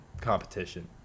competition